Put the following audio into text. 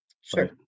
Sure